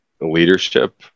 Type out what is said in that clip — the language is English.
leadership